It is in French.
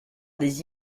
des